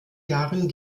jahren